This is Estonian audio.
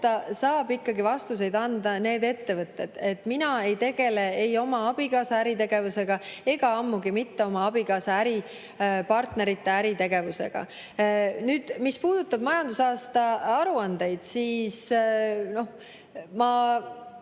kohta saavad vastuseid anda need ettevõtted. Mina ei tegele ei oma abikaasa äritegevusega ega ammugi mitte oma abikaasa äripartnerite äritegevusega. Mis puudutab majandusaasta aruandeid, siis ma